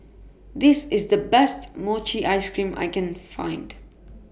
This IS The Best Mochi Ice Cream I Can Find